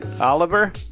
Oliver